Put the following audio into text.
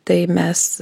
tai mes